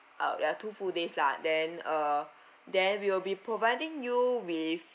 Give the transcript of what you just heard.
uh ya two full days lah then uh then we will be providing you with